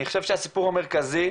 אני חושב שהסיפור המרכזי,